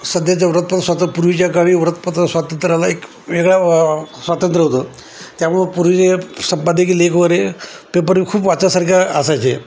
सध्याच्या वृत्तपत्र स्वातंत्र्यापूर्वीच्या काळी वृत्तपत्र स्वातंत्र्याला एक वेगळा स्वातंत्र्य होतं त्यामुळं पूर्वी संपादकी लेखवरे पेपर खूप वाचण्यासारखे असायचे